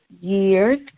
years